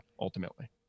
ultimately